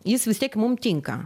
jis vis tiek mum tinka